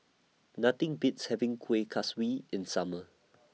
Nothing Beats having Kueh Kaswi in Summer